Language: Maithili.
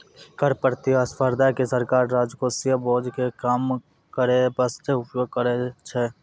कर प्रतिस्पर्धा के सरकार राजकोषीय बोझ के कम करै बासते उपयोग करै छै